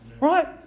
Right